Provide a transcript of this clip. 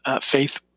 Faith